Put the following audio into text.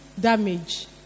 damage